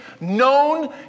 known